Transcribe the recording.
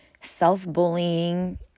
self-bullying